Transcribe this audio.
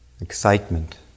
excitement